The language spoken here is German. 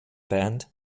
band